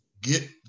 get